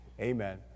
Amen